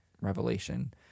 revelation